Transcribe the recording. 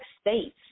states